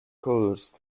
caused